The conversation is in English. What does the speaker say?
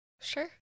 Sure